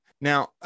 Now